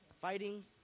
fighting